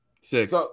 Six